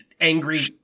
angry